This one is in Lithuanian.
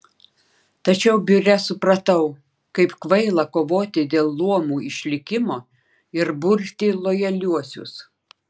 tačiau biure supratau kaip kvaila kovoti dėl luomų išlikimo ir burti lojaliuosius